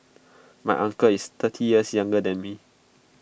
my uncle is thirty years younger than me